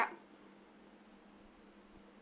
~up